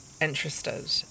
interested